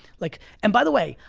like and by the way,